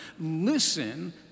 listen